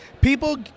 people